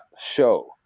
show